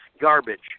garbage